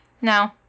no